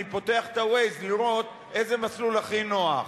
אני פותח את ה-Waze לראות איזה מסלול הכי נוח.